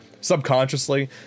Subconsciously